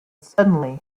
suddenly